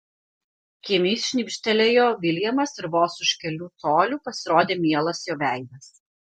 kimiai šnibžtelėjo viljamas ir vos už kelių colių pasirodė mielas jo veidas